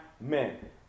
men